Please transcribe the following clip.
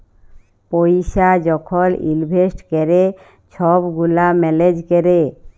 পইসা যখল ইলভেস্ট ক্যরে ছব গুলা ম্যালেজ ক্যরে